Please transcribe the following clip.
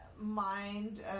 mind